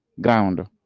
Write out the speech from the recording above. ground